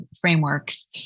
frameworks